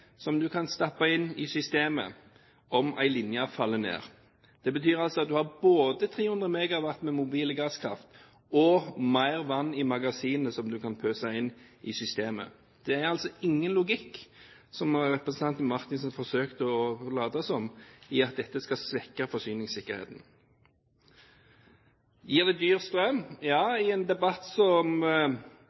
som du kan stappe inn i systemet om en linje faller ned. Det betyr altså at du har både 300 MW med mobile gasskraftverk og mer vann i magasinene som du kan pøse inn i systemet. Det er altså ingen logikk, som representanten Marthinsen forsøkte å late som, i at dette skal svekke forsyningssikkerheten. Gir det dyr strøm? Ja, i en debatt som